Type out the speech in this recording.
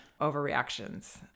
overreactions